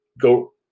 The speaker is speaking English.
go